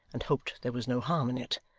and hoped there was no harm in it.